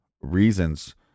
reasons